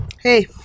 hey